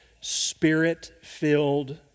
spirit-filled